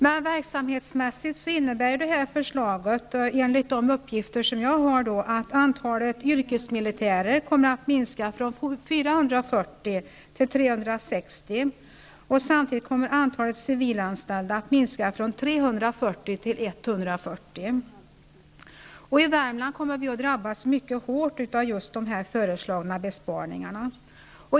Men verksamhetsmässigt innebär det här förslaget enligt de uppgifter som jag har att antalet yrkesmilitärer kommer att minska från 440 till 360, och samtidigt kommer antalet civilanställda att minska från 340 I Värmland kommer vi att drabbas mycket hårt av de föreslagna besparingarna.